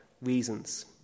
reasons